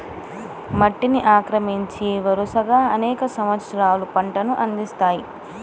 మట్టిని ఆక్రమించి, వరుసగా అనేక సంవత్సరాలు పంటలను అందిస్తాయి